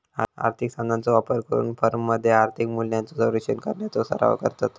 आर्थिक साधनांचो वापर करून फर्ममध्ये आर्थिक मूल्यांचो संरक्षण करण्याचो सराव करतत